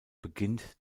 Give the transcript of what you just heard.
beginnt